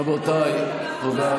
רבותיי, תודה.